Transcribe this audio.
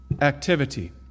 activity